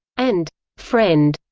and friend.